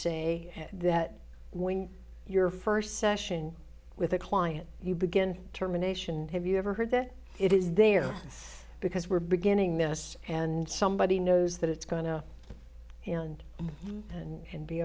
say that when your first session with a client you begin terminations have you ever heard that it is there because we're beginning this and somebody knows that it's going to end and be